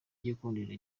igikundiro